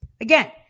again